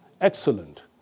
excellent